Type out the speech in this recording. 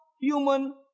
human